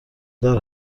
دار